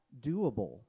doable